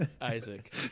Isaac